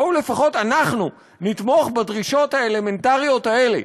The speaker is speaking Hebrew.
בואו לפחות אנחנו נתמוך בדרישות האלמנטריות האלה,